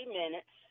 minutes